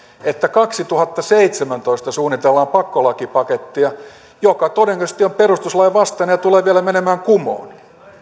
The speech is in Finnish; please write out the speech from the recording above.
että kaksituhattaseitsemäntoista suunnitellaan pakkolakipakettia joka todennäköisesti on perustuslain vastainen ja tulee vielä menemään kumoon